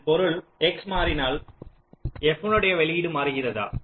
இதன் பொருள் x மாறினால் f ன் வெளியீடு மாறுகிறதா